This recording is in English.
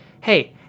Hey